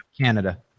Canada